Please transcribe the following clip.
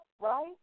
right